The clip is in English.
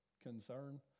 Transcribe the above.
concern